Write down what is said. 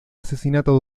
asesinato